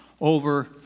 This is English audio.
over